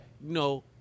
no